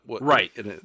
Right